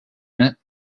innit